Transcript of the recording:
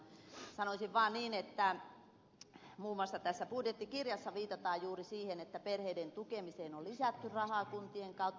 sanoisin vaan niin että muun muassa tässä budjettikirjassa viitataan juuri siihen että perheiden tukemiseen on lisätty rahaa kuntien kautta